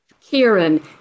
Kieran